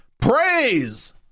Praise